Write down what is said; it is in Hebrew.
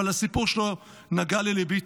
אבל הסיפור שלו נגע ללבי,